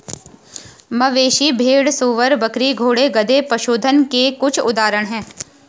मवेशी, भेड़, सूअर, बकरी, घोड़े, गधे, पशुधन के कुछ उदाहरण हैं